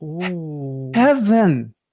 heaven